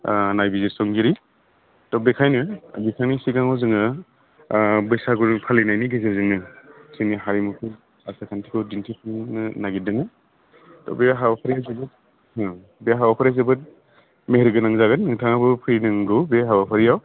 नायबिजिरसंगिरि त' बेनिखायनो बिथांनि सिगाङाव जोङो बैसागु फालिनायनि गेजेरजोंनो जोंनि हारिमुखौ आसार खान्थिखौ दिन्थिफुंनो नागिरदों त' बे हाबाफारिखौ जोङो बे हाबाफारिया जोबोद मेहेरगोनां जागोन नोंथाङाबो फैनांगौ बे हाबाफारियाव